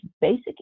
basic